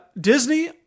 Disney